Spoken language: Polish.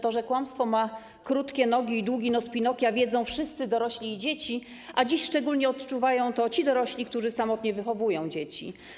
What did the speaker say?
To, że kłamstwo ma krótkie nogi i długi nos Pinokia, wiedzą wszyscy dorośli i dzieci, a dziś szczególnie odczuwają to ci dorośli, którzy samotnie wychowują dzieci.